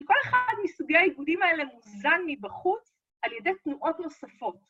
‫וכל אחד מסוגי האיגודים האלה ‫מוזן מבחוץ על ידי תנועות נוספות.